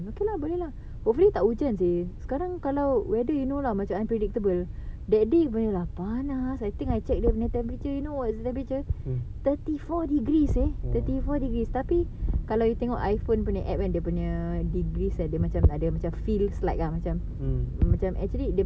mm mm